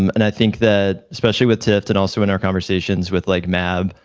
um and i think that especially with tiff and also in our conversations with like mabh,